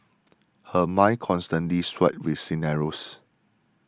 her mind constantly swirled with scenarios